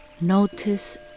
notice